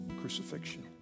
crucifixion